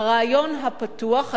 הרעיון הפתוח,